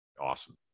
Awesome